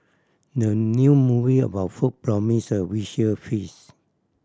the new movie about food promise a visual feast